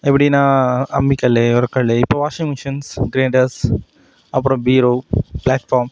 எப்படின்னா அம்மிக்கல் ஓரக்கல் இப்போ வாஷிங் மெஷின்ஸ் கிரைண்டர்ஸ் அப்புறம் பீரோ பிளாட்பார்ம்